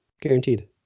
Guaranteed